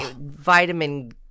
vitamin